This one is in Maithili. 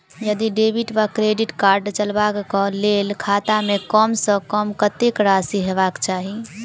यदि डेबिट वा क्रेडिट कार्ड चलबाक कऽ लेल खाता मे कम सऽ कम कत्तेक राशि हेबाक चाहि?